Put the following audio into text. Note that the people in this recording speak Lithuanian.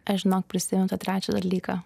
aš žinok prisimenu tą trečią dalyką